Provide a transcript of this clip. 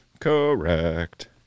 Correct